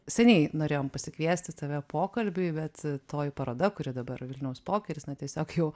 seniai norėjom pasikviesti tave pokalbiui bet toji paroda kuri dabar vilniaus pokeris na tiesiog jau